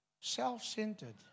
self-centered